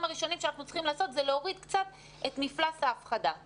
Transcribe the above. הראשונים שאנחנו צריכים לעשות זה להוריד קצת את מפלס ההפחדה.